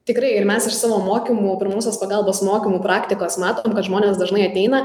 tikrai ir mes iš savo mokymų pirmosios pagalbos mokymų praktikos matom kad žmonės dažnai ateina